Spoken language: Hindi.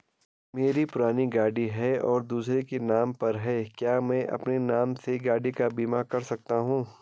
मेरी पुरानी गाड़ी है और दूसरे के नाम पर है क्या मैं अपने नाम से गाड़ी का बीमा कर सकता हूँ?